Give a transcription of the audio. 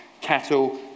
cattle